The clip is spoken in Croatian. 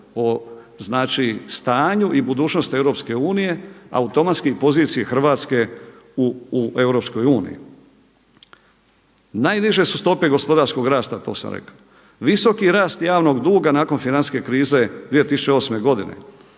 o stanju i budućnosti Europske unije automatski iz pozicije Hrvatske u Europskoj uniji? Najniže su stope gospodarskog rasta, to sam rekao. Visoki rast javnog duga nakon financijske krize 2008. godine.